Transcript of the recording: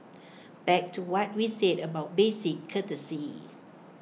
back to what we said about basic courtesy